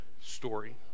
story